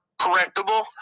correctable